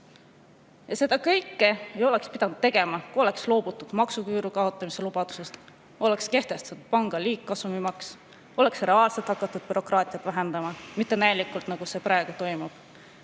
Seda kõike ei oleks pidanud tegema, kui oleks loobutud maksuküüru kaotamise lubadusest, oleks kehtestatud pankade liigkasumi maks, oleks reaalselt hakatud bürokraatiat vähendama, mitte näilikult, nagu see praegu toimub.